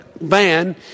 van